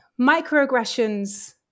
microaggressions